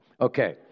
Okay